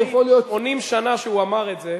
מפני שיכול להיות, מלפני 80 שנה שהוא אמר את זה,